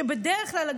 שבדרך כלל,